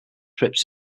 trips